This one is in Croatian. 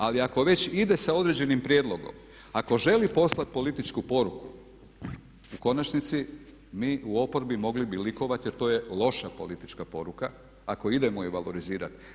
Ali ako već ide sa određenim prijedlogom, ako želi poslati političku poruku u konačnici mi u oporbi mogli bi likovati jer to je loša politička poruka ako idemo evalorizirati.